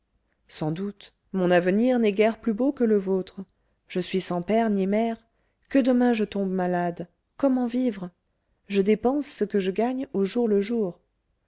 sans doute mon avenir n'est guère plus beau que le vôtre je suis sans père ni mère que demain je tombe malade comment vivre je dépense ce que je gagne au jour le jour